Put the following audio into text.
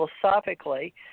philosophically